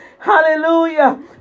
Hallelujah